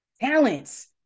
talents